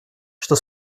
что